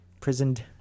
Prisoned